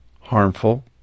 harmful